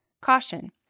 Caution